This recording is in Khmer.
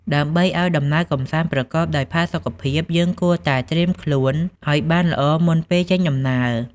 ដើម្បីឱ្យដំណើរកម្សាន្តប្រកបដោយផាសុកភាព យើងគួរតែ ត្រៀមខ្លួន ឱ្យបានល្អមុនពេលចេញដំណើរ។